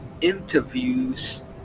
interviews